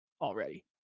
already